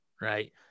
right